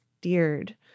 steered